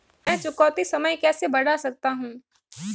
मैं चुकौती समय कैसे बढ़ा सकता हूं?